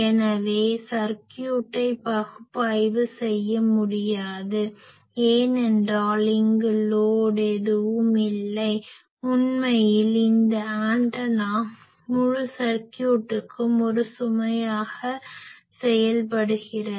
எனவே சர்க்யூட்டை பகுப்பாய்வு செய்ய முடியாது ஏனென்றால் இங்கு லோட் load சுமை எதுவும் இல்லை உண்மையில் இந்த ஆண்டெனா முழு சர்க்யூட்டுக்கும் ஒரு சுமையாக செயல்படுகிறது